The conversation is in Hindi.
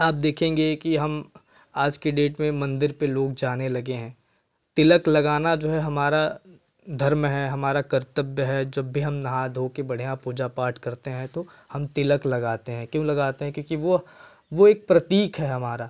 आप देखेंगे कि हम आज की डेट में मंदिर पर लोग जाने लगे हैं तिलक लगाना जो है हमारा धर्म है हमारा कर्तव्य है जब भी हम नहा धोकर बढ़िया पूजा पाठ करते हैं तो हम तिलक लगाते हैं क्यों लगाते हैं क्योंकि वह वह प्रतीक है हमारा